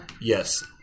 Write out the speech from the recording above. Yes